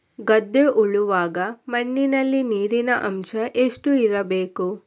ಗದ್ದೆ ಉಳುವಾಗ ಮಣ್ಣಿನಲ್ಲಿ ನೀರಿನ ಅಂಶ ಎಷ್ಟು ಇರಬೇಕು?